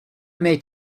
may